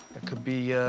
it could be